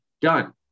done